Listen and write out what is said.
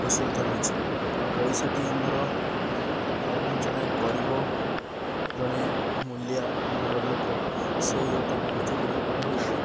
ଆବଶ୍ୟକତା ରହିଛି ଆଉ ପଇସାଟି ଆମର କାରଣ ଜଣେ ଗରିବ ଜଣେ ମୁଲିଆ ଘରର ଲୋକ ସେ ଗୋଟେ ବାଣିଜ୍ୟ କରିବାକୁ ବାହାରିଲା ବେଳେ